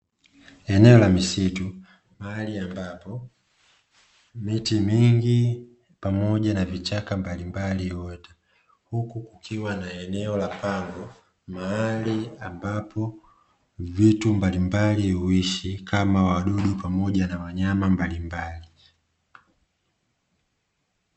Eneo la misitu, mahali ambapo miti mingi pamoja vichaka mbalimbali huota, huku kukiwa na eneo la pango, mahali ambapo vitu mbalimbali huishi kama wadudu pamoja na wanyama mbalimbali.